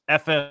FF